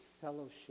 fellowship